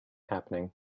happening